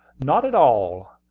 not at all.